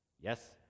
Yes